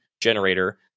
generator